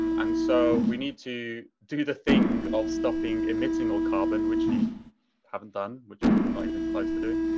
um and so we need to do the thing of stopping emitting all carbon, which we haven't done, which we're not even close to doing.